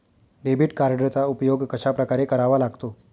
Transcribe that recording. Debit कार्डचा उपयोग कशाप्रकारे करावा लागतो?